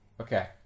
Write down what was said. Okay